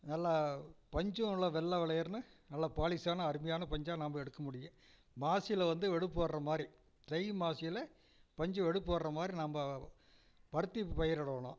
நல்லா பஞ்சும் நல்லா வெள்ளை வெள்ளையேருனு நல்லா பாலிஷ்ஷான அருமையான பஞ்சாக நாம் எடுக்கமுடியும் மாசியில வந்து வெடிப்பு வர்றமாதிரி தை மாசியில பஞ்சி வெடிப்பு வர்றமாதிரி நம்ம பருத்தி பயிரிடணும்